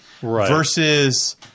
versus